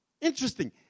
Interesting